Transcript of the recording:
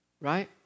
right